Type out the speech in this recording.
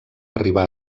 arribar